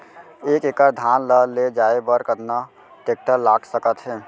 एक एकड़ धान ल ले जाये बर कतना टेकटर लाग सकत हे?